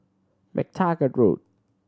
MacTaggart Road